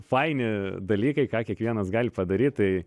faini dalykai ką kiekvienas gali padaryt tai